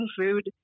food